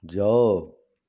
ଯାଅ